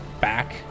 back